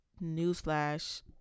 newsflash